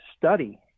study